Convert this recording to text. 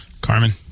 Carmen